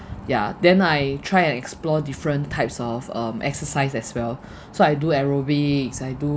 ya then I try and explore different types of um exercise as well so I do aerobics I do